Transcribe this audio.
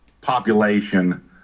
population